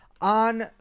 on